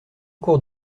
cours